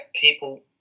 people